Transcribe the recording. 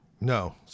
No